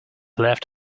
left